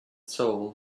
soul